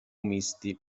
misti